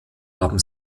haben